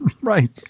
Right